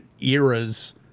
eras